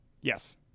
yes